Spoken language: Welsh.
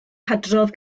hadrodd